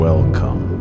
Welcome